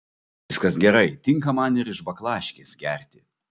viskas gerai tinka man ir iš baklaškės gerti